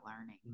learning